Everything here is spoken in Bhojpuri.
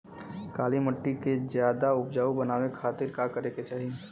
काली माटी के ज्यादा उपजाऊ बनावे खातिर का करे के चाही?